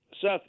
Seth